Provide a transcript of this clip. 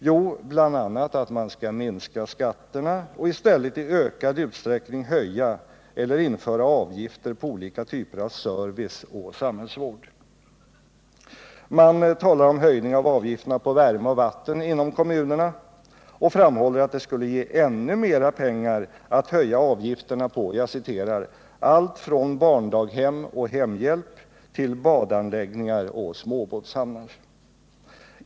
Jo, bl.a. att man skall minska skatterna och i stället i ökad utsträckning höja eller införa avgifter på olika typer av service och samhällsvård. Man talar om höjning av avgifterna på värme och vatten inom kommunerna och framhåller att det skulle ge ännu mer pengar att höja avgifterna på ”allt från barndaghem och hemhjälp till badanläggningar och småbåtshamnar”.